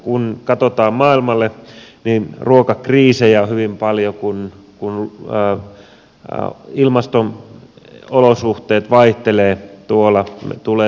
kun katsotaan maailmalle niin ruokakriisejä on hyvin paljon kun ilmasto olosuhteet vaihtelevat tuolla tulee satovahinkoja ja niin edelleen